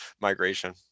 migration